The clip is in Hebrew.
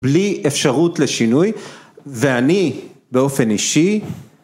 ‫בלי אפשרות לשינוי, ‫ואני באופן אישי...